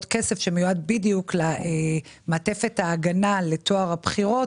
כסף שמיועד בדיוק למעטפת ההגנה לטוהר הבחירות